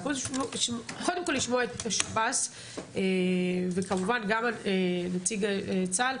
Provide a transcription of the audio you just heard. קודם כל את שב"ס וכמובן גם נציג צה"ל,